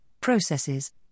processes